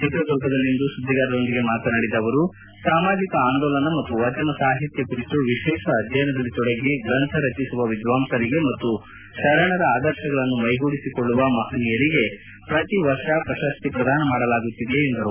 ಚಿತ್ರದುರ್ಗದಲ್ಲಿಂದು ಸುದ್ದಿಗಾರರೊಂದಿಗೆ ಮಾತನಾಡಿದ ಅವರು ಸಾಮಾಜಿಕ ಆಂದೋಲನ ಮತ್ತು ವಚನ ಸಾಹಿತ್ಯ ಕುರಿತು ವಿಶೇಷ ಅಧ್ಯಯನದಲ್ಲಿ ತೊಡಗಿ ಗ್ರಂಥ ರಚಿಸುವ ವಿದ್ವಾಂಸರಿಗೆ ಮತ್ತು ಶರಣರ ಆದರ್ಶಗಳನ್ನು ಮೈಗೂಡಿಸಿಕೊಳ್ಳುವ ಮಹನೀಯರಿಗೆ ಪ್ರತಿ ವರ್ಷ ಪ್ರಶಸ್ತಿ ಪ್ರದಾನ ಮಾಡಲಾಗುತ್ತಿದೆ ಎಂದರು